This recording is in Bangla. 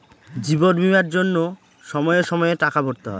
জীবন বীমার জন্য সময়ে সময়ে টাকা ভরতে হয়